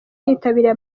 yitabiriye